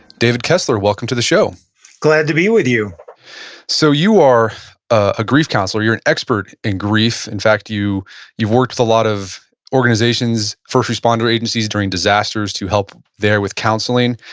david kessler, welcome to the show glad to be with you so you are a grief counselor. you're an expert in grief. in fact, you've worked with a lot of organizations, first responder agencies during disasters to help there with counseling.